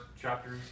chapters